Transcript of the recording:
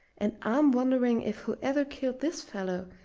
and i'm wondering if whoever killed this fellow,